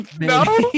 No